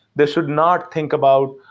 they should not think about,